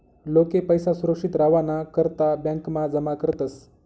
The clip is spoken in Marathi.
लोके पैसा सुरक्षित रावाना करता ब्यांकमा जमा करतस